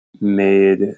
made